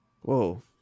Whoa